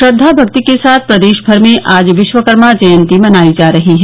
श्रद्वा भक्ति के साथ प्रदेश भर में आज विश्वकर्मा जयंती मनाई जा रही है